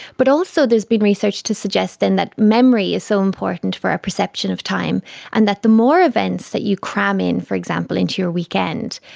but also there's been research to suggest and that memory is so important for our perception of time and that the more events that you cram in, for example into your weekend,